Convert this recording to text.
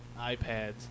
iPads